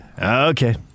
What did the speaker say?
Okay